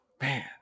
man